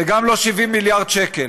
וגם לא 70 מיליארד שקל.